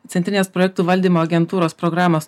centrinės projektų valdymo agentūros programos